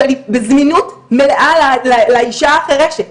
שאני בזמינות מלאה לאישה החרשת.